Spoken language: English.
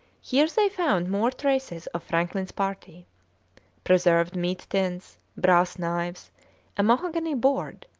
here they found more traces of franklin's party preserved meat tins, brass knives a mahogany board.